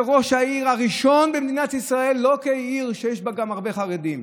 שהוא ראש העיר הראשון במדינת ישראל לא לעיר שיש בה גם הרבה חרדים,